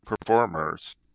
performers